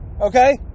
okay